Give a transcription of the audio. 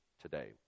today